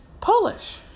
Polish